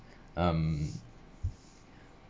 um